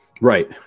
Right